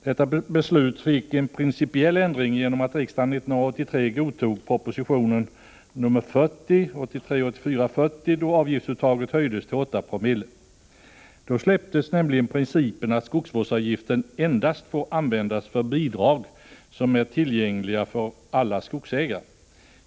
Detta beslut fick en principiell ändring genom att riksdagen 1983 godtog proposition 1983/84:40 då avgiftsuttaget höjdes till 8 Zo. Då släpptes nämligen principen att skogsvårdsavgiften endast får användas för bidrag som är tillgängliga för alla skogsägare.